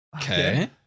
Okay